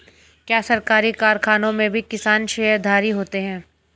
क्या सरकारी कारखानों में भी किसान शेयरधारी होते हैं?